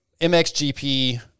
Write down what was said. MXGP